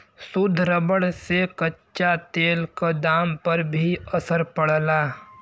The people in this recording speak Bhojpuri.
शुद्ध रबर से कच्चा तेल क दाम पर भी असर पड़ला